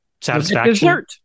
satisfaction